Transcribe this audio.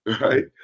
Right